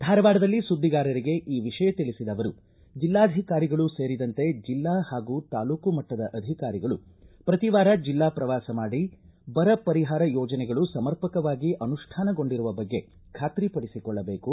ಧಾರವಾಡದಲ್ಲಿ ಸುದ್ದಿಗಾರರಿಗೆ ಈ ವಿಷಯ ತಿಳಿಸಿದ ಅವರು ಜಿಲ್ಲಾಧಿಕಾರಿಗಳೂ ಸೇರಿದಂತೆ ಜಿಲ್ಲಾ ಹಾಗೂ ತಾಲೂಕಾ ಮಟ್ಟದ ಅಧಿಕಾರಿಗಳು ಪ್ರತಿ ವಾರ ಜಿಲ್ಲಾ ಪ್ರವಾಸ ಮಾಡಿ ಬರ ಪರಿಹಾರ ಯೋಜನೆಗಳು ಸಮರ್ಪಕವಾಗಿ ಅನುಷ್ಠಾನಗೊಂಡಿರುವ ಬಗ್ಗೆ ಖಾತ್ರಿಪಡಿಸಿಕೊಳ್ಳಬೇಕು